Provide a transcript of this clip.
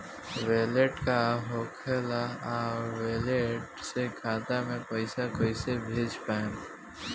Wallet का होखेला और वैलेट से खाता मे पईसा कइसे भेज पाएम?